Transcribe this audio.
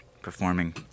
performing